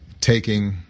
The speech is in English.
taking